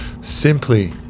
simply